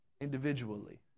individually